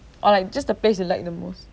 or like just the place you like the most